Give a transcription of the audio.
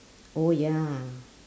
oh ya